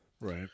Right